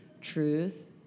truth